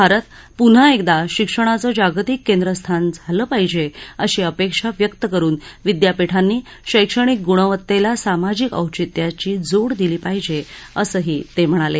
भारत पुन्हा एकदा शिक्षणाचं जागतिक केंद्रस्थान झाला पाहिजे अशी अपेक्षा व्यक्त करुन विद्यापिठांनी शैक्षणिक गुणवत्तेला सामाजिक औचित्याची जोड दिली पाहिजे असंही ते म्हणाले